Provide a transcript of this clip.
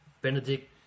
Benedict